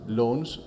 loans